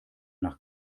nach